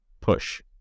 push